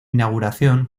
inauguración